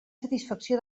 satisfacció